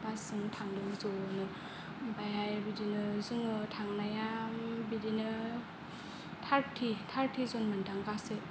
बास जोंनो थांदों ज'नो ओमफ्रायहाय बिदिनो जोङो थांनाया बिदिनो थारथि जन मोनदां गासै